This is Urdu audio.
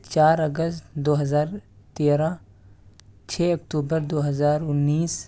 چار اگست دو ہزار تیرہ چھ اکتوبر دو ہزار انیس